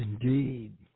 Indeed